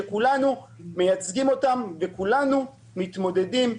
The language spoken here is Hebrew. שכולנו מייצגים אותם וכולנו מתמודדים,